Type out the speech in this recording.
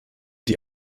die